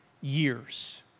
years